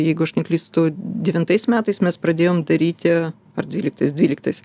jeigu aš neklystu devintais metais mes pradėjom daryti ar dvyliktais dvyliktais